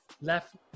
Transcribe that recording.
Left